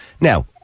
Now